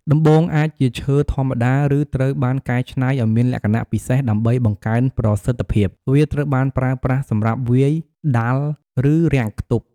ដំបងអាចជាឈើធម្មតា ឬត្រូវបានកែច្នៃឱ្យមានលក្ខណៈពិសេសដើម្បីបង្កើនប្រសិទ្ធភាព វាត្រូវបានប្រើប្រាស់សម្រាប់វាយ ដាល់ ឬរាំងខ្ទប់។